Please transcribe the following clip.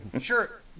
Sure